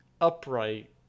upright